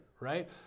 right